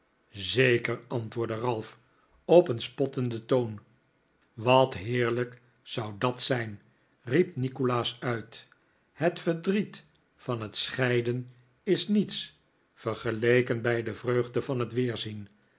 zeker antwoordde ralph op een spottenden toon wat heerlijk zou dat zijn riep nikolaas uit het verdriet van het scheiden is niets vergeleken bij de vreugde van het